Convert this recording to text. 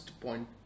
point